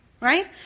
Right